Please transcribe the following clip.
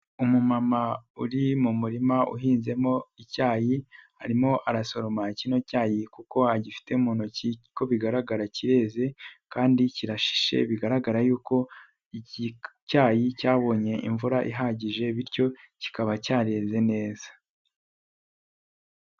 Umumama uri mu murima uhinzemo icyayi, arimo arasoroma kino cyayi kuko agifite mu ntoki, uko bigaragara kireze kandi kirashishe bigaragara y'uko iki icyayi cyabonye imvura ihagije, bityo kikaba cyareze neza.